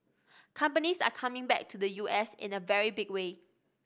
companies are coming back to the U S in a very big way